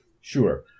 Sure